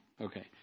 Okay